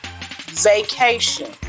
vacation